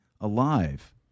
alive